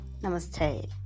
Namaste